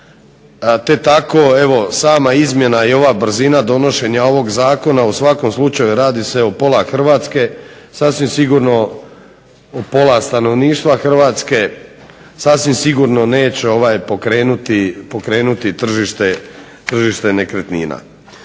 te tak sama ova brzina i izmjena donošenja ovog zakona u svakom slučaju radi se o pola Hrvatske, sasvim sigurno pola stanovništva Hrvatske sasvim sigurno neće pokrenuti tržište nekretnina.